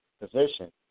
position